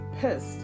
pissed